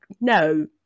no